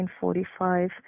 1945